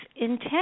intent